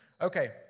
Okay